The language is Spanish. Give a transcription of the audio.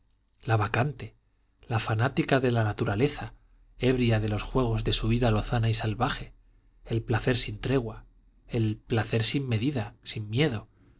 la bacante la fanática de la naturaleza ebria de los juegos de su vida lozana y salvaje el placer sin tregua el placer sin medida sin miedo